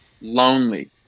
lonely